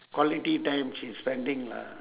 quality time she's spending lah